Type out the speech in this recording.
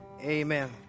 Amen